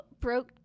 broke